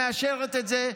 שמאשרת את זה,